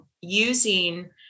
using